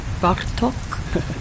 Bartok